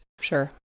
Sure